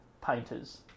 painters